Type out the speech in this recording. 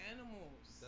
Animals